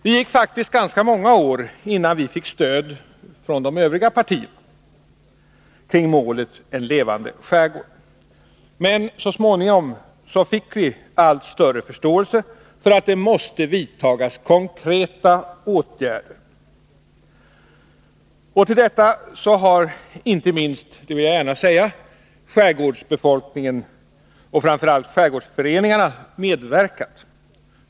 Det gick faktiskt ganska många år innan vi fick stöd från de övriga partierna kring målet: en levande skärgård. Men så småningom fick vi allt större förståelse för att det måste vidtas konkreta åtgärder, och till detta har inte minst — det vill jag gärna säga — skärgårdsbefolkningen och framför allt skärgårdsföreningarna medverkat.